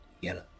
yellow